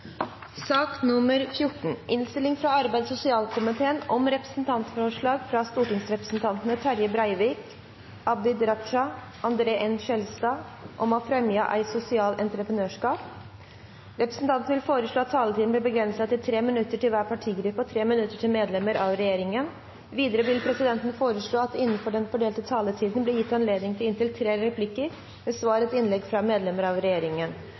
sak nr. 14. Ingen har bedt om ordet til sak nr. 15. Etter ønske fra helse- og omsorgskomiteen vil presidenten foreslå at taletiden blir begrenset til 3 minutter til hver partigruppe og 3 minutter til medlemmer av regjeringen. Videre vil presidenten foreslå at det – innenfor den fordelte taletid – blir gitt anledning til inntil tre replikker med svar etter innlegg fra medlemmer av regjeringen,